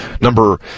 Number